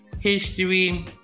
history